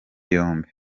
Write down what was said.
yombi